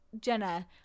jenna